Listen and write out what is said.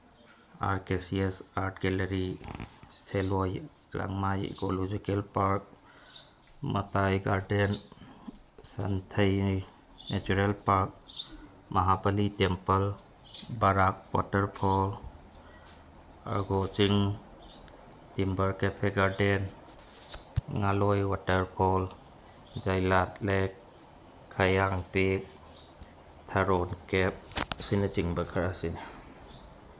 R K C S art gallery Selloi Langmai ecological park ꯃꯇꯥꯏ garden ꯁꯟꯊꯩꯅꯩ natural park Mahabali temple Barak waterfall ꯑꯔꯒꯣ ꯆꯤꯡ timber cafe garden Ngaloi waterfall ꯖꯥꯏꯂꯥꯠ lake Khayang peak ꯊꯔꯣꯟ cafe ꯑꯁꯤꯅꯆꯤꯡꯕ ꯈꯔ ꯑꯁꯤꯅꯤ